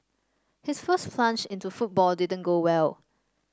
his first plunge into football didn't go well